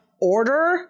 order